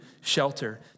shelter